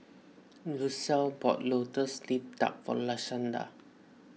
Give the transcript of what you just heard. Lucile bought Lotus Leaf Duck for Lashanda